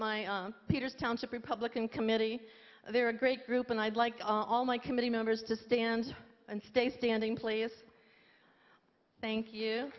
township republican committee they're a great group and i'd like all my committee members to stand and stay standing please thank you